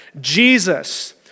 Jesus